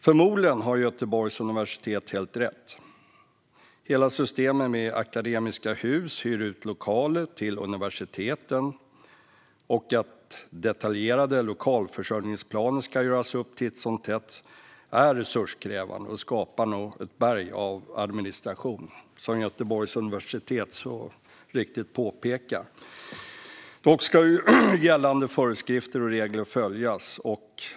Förmodligen har Göteborgs universitet helt rätt. Hela systemet med att Akademiska Hus hyr ut lokaler till universiteten och att detaljerade lokalförsörjningsplaner ska göras upp titt som tätt är resurskrävande och skapar ett berg av administration, som Göteborgs universitet så riktigt påpekar. Dock ska gällande föreskrifter och regler följas.